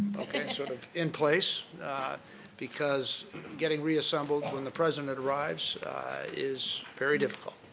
okay, sort of in place because getting reassembled when the president arrives is very difficult.